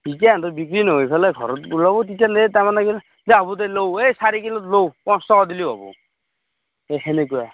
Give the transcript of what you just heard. তেতিয়া সিহঁতৰ বিক্ৰী নহয় পেলাই ঘৰত লৈ যাব তেতিয়া দাম সেনেকুৱা